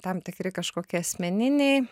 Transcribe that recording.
tam tikri kažkokie asmeniniai